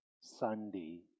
Sunday